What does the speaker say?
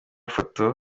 foto